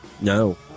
No